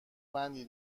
بندی